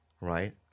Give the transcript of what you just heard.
right